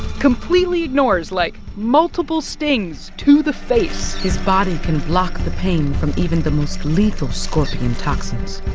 completely ignores, like, multiple stings to the face. his body can block the pain from even the most lethal scorpion toxins.